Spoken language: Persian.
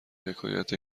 حکایت